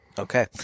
Okay